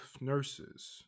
nurses